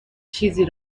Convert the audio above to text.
چیزی